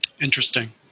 Interesting